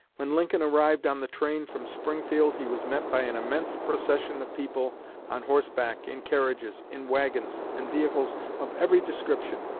when lincoln arrived on the train from springfield, he was met by an immense procession of people on horseback, in carriages, in wagons and vehicles of every description,